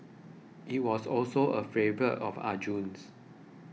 it was also a favourite of Arjun's